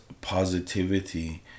positivity